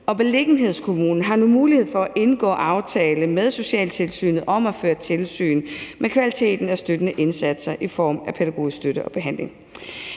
beliggenhedskommunen har nu mulighed for at indgå aftale med socialtilsynet om at føre tilsyn med kvaliteten af støttende indsatser i form af pædagogisk støtte og behandling.